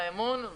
בוקר טוב לכולם,